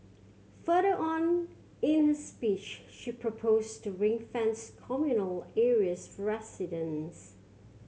further on in her speech she proposed to ring fence communal areas for residents